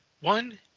one